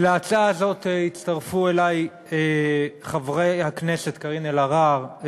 ולהצעה הזאת הצטרפו אלי חברי הכנסת קארין אלהרר,